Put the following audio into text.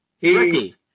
Ricky